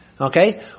Okay